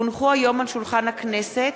כי הונחו היום על שולחן הכנסת,